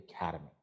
academy